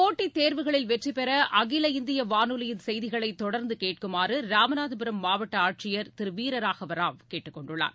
போட்டித் தேர்வுகளில் வெற்றி பெற அகில இந்திய வானொலியின் செய்திகளை தொடர்ந்து கேட்குமாறு ராமநாதபுரம் மாவட்ட ஆட்சியர் திரு வீரராகவ ராவ் கேட்டுக் கொண்டுள்ளார்